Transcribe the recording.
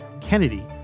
Kennedy